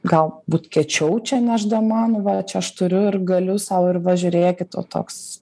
galbūt kiečiau čia nešdama nu va čia aš turiu ir galiu sau ir va žiūrėkit o toks